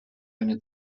eine